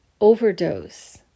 overdose